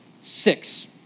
six